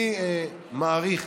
אני מעריך